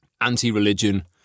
anti-religion